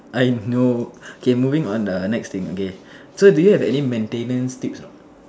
I now okay moving on the next thing okay so do you have any maintenance tips or not